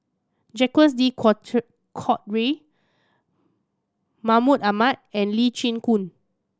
Jacques De Coutre Mahmud Ahmad and Lee Chin Koon